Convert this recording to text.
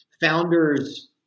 founders